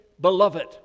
beloved